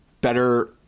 better